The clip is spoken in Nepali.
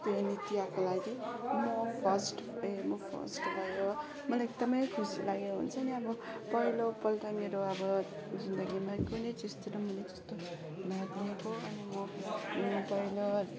त्यो नृत्यको लागि म फर्स्ट ए म फर्स्ट भयो मलाई एकदमै खुसी लाग्यो हुन्छ नि अब पहिलोपल्ट मेरो अब जिन्दगीमा कुनै चिजतिर मैले त्यस्तो मिठो अनि म पहिलो